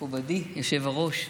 היושב-ראש,